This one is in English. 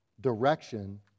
direction